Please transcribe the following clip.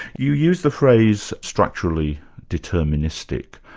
you use the phrase structurally deterministic.